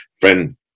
friend